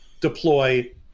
deploy